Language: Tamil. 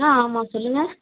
ஆ ஆமாம் சொல்லுங்கள்